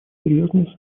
серьезные